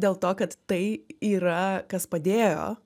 dėl to kad tai yra kas padėjo